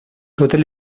totes